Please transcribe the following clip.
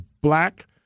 black